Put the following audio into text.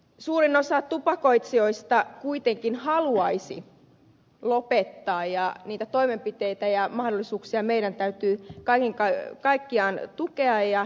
suurin osa tupakoitsijoista kuitenkin haluaisi lopettaa ja niitä toimenpiteitä ja mahdollisuuksia meidän täytyy kaiken kaikkiaan tukea ja edistää